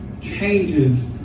changes